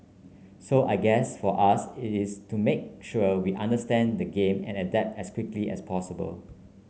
so I guess for us it is to make sure we understand the game and adapt as quickly as possible